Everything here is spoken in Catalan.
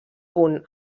punt